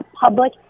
public